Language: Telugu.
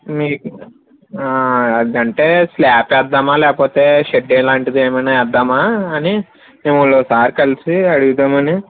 మీకు అదంటే స్లాబ్ వేద్దామా లేకపోతే షెడ్ అలాంటిది ఏమైనా వేద్దామా అని మిమ్మల్ని ఒకసారి కలిసి అడుగుదామని